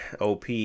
OP